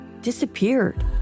disappeared